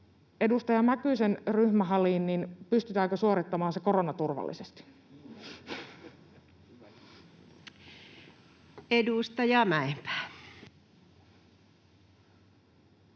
Edustaja Mäkysen ryhmähaliin: pystytäänkö suorittamaan se koronaturvallisesti? [Jukka Mäkynen: